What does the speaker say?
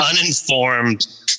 uninformed